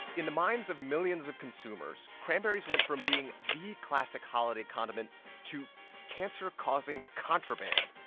in the minds of millions of consumers, cranberries went from being the classic holiday condiment to cancer-causing contraband.